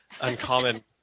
uncommon